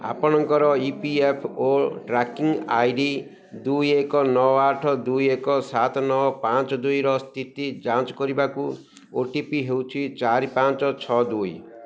ଆପଣଙ୍କର E P F O tracking I D ଦୁଇ ଏକ ନଅ ଆଠ ଦୁଇ ଏକ ସାତ ନଅ ପାଞ୍ଚ ଦୁଇର ସ୍ଥିତି ଯାଞ୍ଚ କରିବାକୁ ଓ ଟି ପି ହେଉଛି ଚାରି ପାଞ୍ଚ ଛଅ ଦୁଇ